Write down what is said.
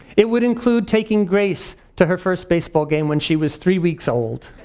it would include taking grace to her first baseball game when she was three weeks old.